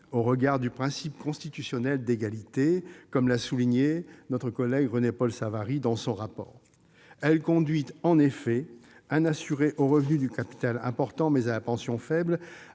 vue du principe constitutionnel d'égalité, comme l'a souligné notre collègue René-Paul Savary dans son rapport. Elle permet en effet à un assuré dont les revenus du capital sont importants mais la pension faible